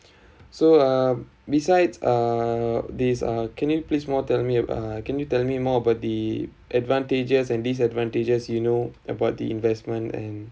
so uh besides uh this uh can you please more tell me uh can you tell me more about the advantages and disadvantages you know about the investment and